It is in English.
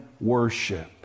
worship